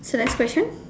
so next question